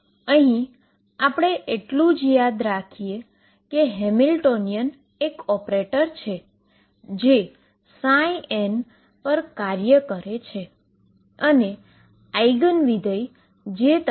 અહી આપણે એટલું જ યાદ રાખવાનું છે કે હેમિલ્ટોનિય એક ઓપરેટર છે જે n પર કાર્ય કરે છે અને આઈગન ફંક્શન જે તમને એનર્જી આપે છે